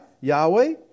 Yahweh